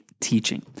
teaching